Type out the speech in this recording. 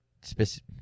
specific